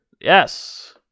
yes